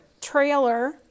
trailer